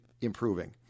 improving